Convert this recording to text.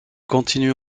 continue